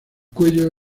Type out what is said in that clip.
cuello